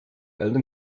eltern